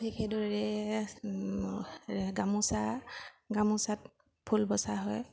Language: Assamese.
ঠিক সেইদৰে গামোচা গামোচাত ফুল বচা হয়